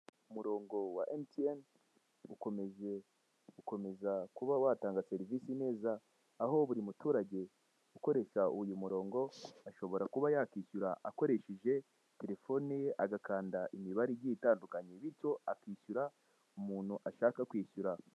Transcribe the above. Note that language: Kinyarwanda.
Umurongo wa emutiyeni ukomeje gukomeza kuba watanga serivise neza. Aho buri muturage ukoresha uyu murongo, ashobora kuba yakishyura akoresheje telefone ye, agakanda imibare igiye itandukanye, bityo akishyura umuntu ashaka kwishyura.